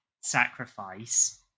sacrifice